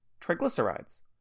Triglycerides